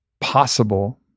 possible